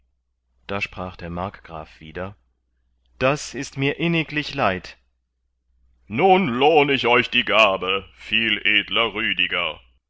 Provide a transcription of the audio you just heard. da sprach der markgraf wieder das ist mir inniglich leid nun lohn ich euch die gabe viel edler rüdiger